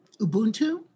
Ubuntu